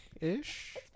Ish